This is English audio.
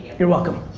you're welcome.